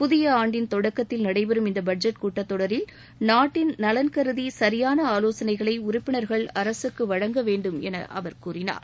புதிய ஆண்டின் தொடக்கத்தில் நடைபெறும் இந்த பட்ஜெட் கூட்டத் தொடரில் நாட்டின் நலன் கருதி சரியான ஆலோசனைகளை உறுப்பினர்கள் அரசுக்கு வழங்க வேண்டும் என அவர் கூறினார்